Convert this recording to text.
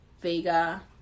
vega